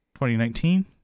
2019